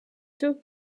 two